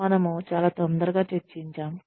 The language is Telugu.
మనము చాలా తొందరగా చర్చించాము